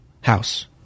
house